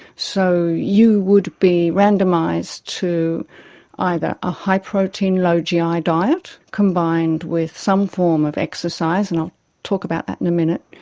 so you would be randomised to either a high protein, low gi ah diet, combined with some form of exercise, and i'll talk about that in a minute.